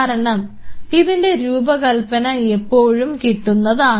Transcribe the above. കാരണം ഇതിൻറെ രൂപകല്പന എപ്പോഴും കിട്ടുന്നതാണ്